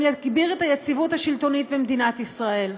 יגביר את היציבות השלטונית במדינת ישראל,